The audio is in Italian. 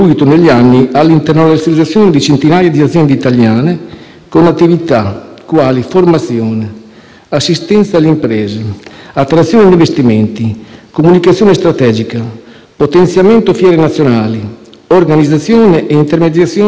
Non dobbiamo affrontare questa sfida con paura, ma investendo e incentivando sempre di più le nostre imprese ad aprirsi a mercati nuovi al di fuori dei confini nazionali. La creazione di posti di lavoro passa anche da queste cose. Tanto è stato fatto, tanto c'è ancora da fare, ma siamo sulla strada giusta.